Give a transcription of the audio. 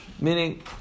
Meaning